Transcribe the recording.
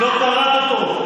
לא קראת אותו.